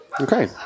Okay